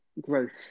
growth